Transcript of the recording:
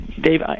Dave